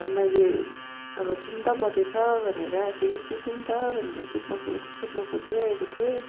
मैले तिन त बजेछ भनेर फेरि सुतौँ त भनेर सुत्न सुत्नु खोजिरहेको थिएँ